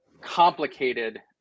complicated